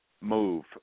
move